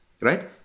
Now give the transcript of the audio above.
right